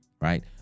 right